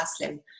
Muslim